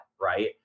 right